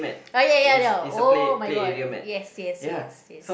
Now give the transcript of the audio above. ah ya ya ya ya oh-my-god yes yes yes yes